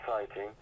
exciting